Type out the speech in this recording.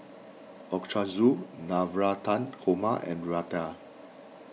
Navratan Korma and Raita